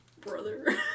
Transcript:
brother